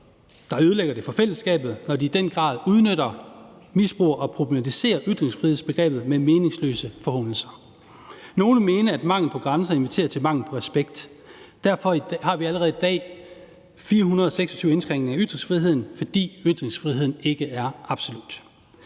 der ødelægger det for fællesskabet, når de i den grad udnytter, misbruger og problematiserer ytringsfrihedsbegrebet med meningsløse forhånelser. Nogle vil mene, at en mangel på grænser inviterer til en mangel på respekt. Derfor har vi allerede i dag 426 indskrænkninger af ytringsfriheden, for ytringsfriheden er ikke absolut.